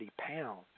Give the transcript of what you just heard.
pounds